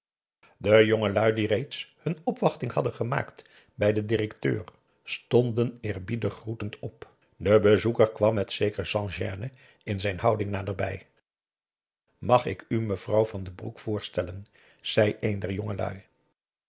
de jongelui die reeds hun opwachting hadden gemaakt bij den directeur stonden eerbiedig groetend op de bezoeker kwam met zeker sans gène in zijn houding naderbij mag ik u mevrouw van den broek voorstellen zei een der jongelui